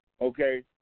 okay